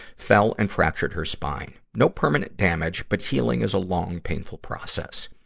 fell and fractured her spine. no permanent damage, but healing is a long, painful process.